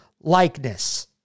likeness